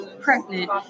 pregnant